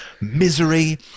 misery